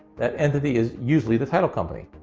that entity is usually the title company.